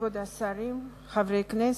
כבוד השרים, חברי כנסת,